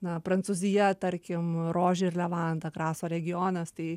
na prancūzija tarkim rožė ir levanda graso regionas tai